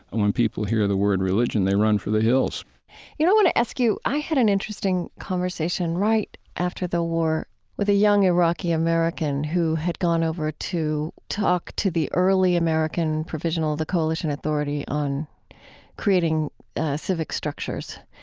when people hear the word religion, they run for the hills you know, i want to ask you i had an interesting conversation right after the war with a young iraqi-american who had gone over to talk to the early american provisional, the coalition authority, on creating civic structures.